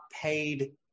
paid